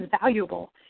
valuable